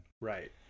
Right